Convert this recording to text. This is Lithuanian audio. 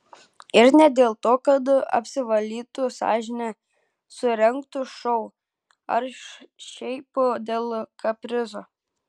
ir ne dėl to kad apsivalytų sąžinę surengtų šou ar šiaip dėl kaprizo